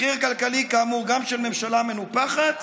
מחיר כלכלי, כאמור, גם של ממשלה מנופחת